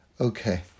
Okay